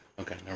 okay